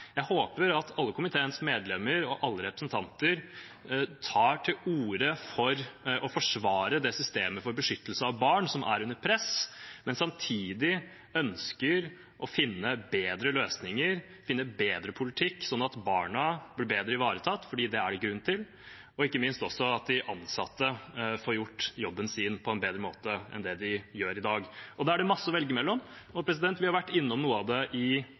Jeg håper at alle komiteens medlemmer og alle representanter tar til orde for å forsvare systemet for beskyttelse av barn som er under press, men samtidig ønsker å finne bedre løsninger, finne en bedre politikk, sånn at barna blir bedre ivaretatt. Det er det grunn til – og ikke minst at de ansatte får gjort jobben sin på en bedre måte enn de gjør i dag. Da er det mye å velge mellom. Vi har vært innom noe av det i